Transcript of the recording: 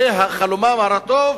זה חלומם הרטוב